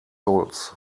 holz